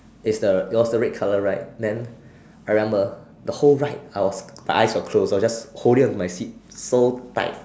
is the it was the red color ride then I remember the whole ride I was my eyes were closed I were just holding onto my seat so tight